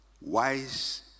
wise